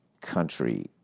Country